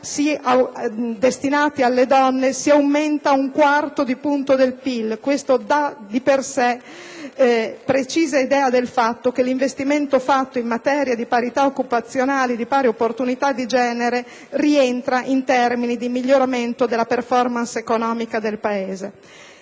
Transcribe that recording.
destinati alle donne, si aumenta un quarto di punto del PIL: questo dà, di per sé, precisa idea del fatto che l'investimento operato in materia di parità occupazionale e di pari opportunità di genere rientra in termini di miglioramento della *performance* economica del Paese.